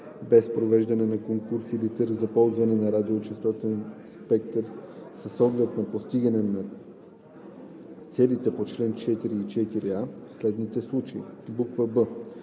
без провеждане на конкурс или търг за ползване на радиочестотен спектър, с оглед на постигане на целите по чл. 4 и 4а, в следните случаи:“; б) в т.